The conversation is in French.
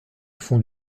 fond